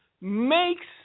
makes